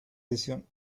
edición